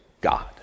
God